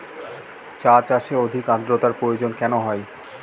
চা চাষে অধিক আদ্রর্তার প্রয়োজন কেন হয়?